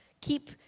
keep